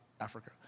Africa